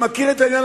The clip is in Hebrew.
שמכיר את העניין,